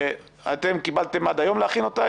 אתם קיבלתם עד היום להכין אותה,